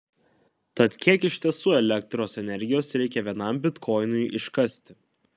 tad kiek iš tiesų elektros energijos reikia vienam bitkoinui iškasti